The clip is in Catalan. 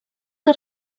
que